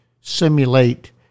simulate